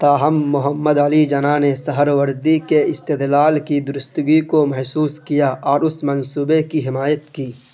تاہم محمد علی جناح نے سہروردی کے استدلال کی درستگی کو محسوس کیا اور اس منصوبے کی حمایت کی